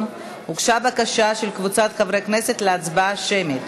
הוגשה בקשה של קבוצת חברי כנסת להצבעה שמית,